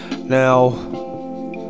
Now